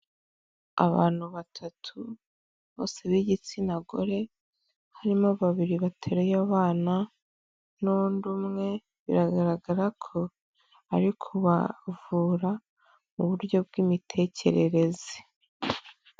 Abantu batatu bose b'igitsina gore, harimo babiri batereye abana, n'undi umwe biragaragara ko ari kubavura mu buryo bw'imitekerereze.